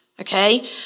okay